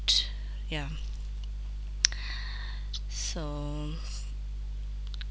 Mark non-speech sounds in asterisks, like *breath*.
*noise* ya *breath* so